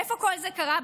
ואיפה כל זה קרה?